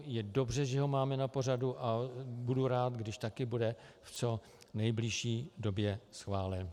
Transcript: Je dobře, že ho máme na pořadu, a budu rád, když taky bude v co nejbližší době schválen.